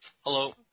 Hello